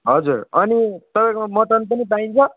हजुर अनि तपाईँकोमा मटन पनि पाइन्छ